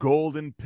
Golden